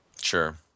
Sure